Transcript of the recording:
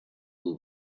will